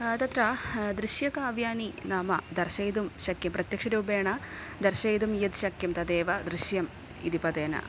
तत्र दृश्यकाव्यानि नाम दर्शयितुं शक्य प्रत्यक्षरूपेण दर्शयितुं यत् शक्यं तदेव दृश्यम् इति पदेन